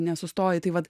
nesustoji tai vat